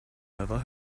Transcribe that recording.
never